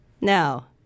Now